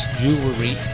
jewelry